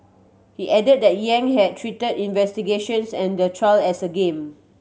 he added that Yang had treated investigations and the trial as a game